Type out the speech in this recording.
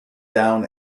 down